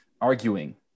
arguing